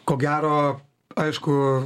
ko gero aišku